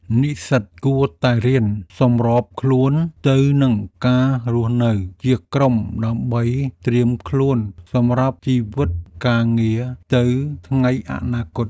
និស្សិតគួរតែរៀនសម្របខ្លួនទៅនឹងការរស់នៅជាក្រុមដើម្បីត្រៀមខ្លួនសម្រាប់ជីវិតការងារទៅថ្ងៃអនាគត។